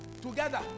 together